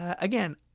Again